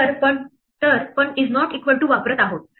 तरपण is not equal to वापरत आहोत